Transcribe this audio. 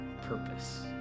purpose